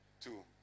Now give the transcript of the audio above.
Two